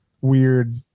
weird